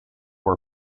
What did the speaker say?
were